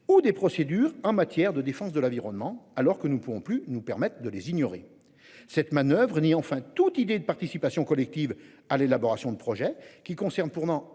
ou des procédures en matière de défense de la vie alors que nous ne pouvons plus nous permettent de les ignorer. Cette manoeuvre ni enfin toute idée de participation collective à l'élaboration de projets qui concernent tournant